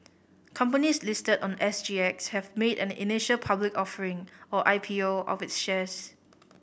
companies listed on S G X have made an initial public offering or I P O of its shares